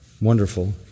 wonderful